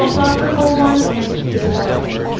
philosophical one and historical